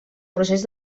procés